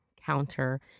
counter